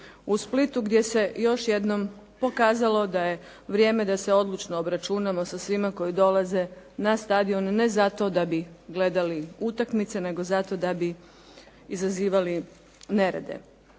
u Splitu gdje se još jednom pokazalo da je vrijeme da se odlučno obračunamo sa svima koji dolaze na stadione ne zato da bi gledali utakmice, nego zato da bi izazivali nerede.